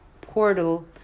portal